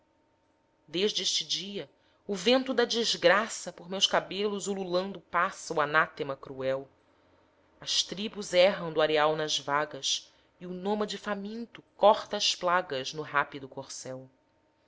desde este dia o vento da desgraça por meus cabelos ululando passa o anátema cruel as tribos erram do areal nas vagas e o nômade faminto corta as plagas no rápido corcel